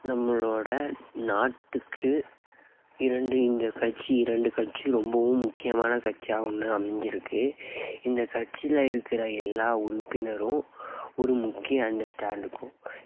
நம்மளோட நாட்டுக்கு இரண்டு இந்த கட்சி இரண்டு கட்சி ரொம்பவும் முக்கியமான கட்சியாக ஒன்று அமைஞ்சுருக்கு இந்த கட்சியில் இருக்கிற எல்லா உறுப்பினரும் ஒரு முக்கிய அந்தஸ்தாக இருக்கும்